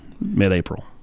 mid-April